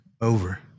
over